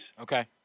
okay